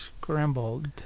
Scrambled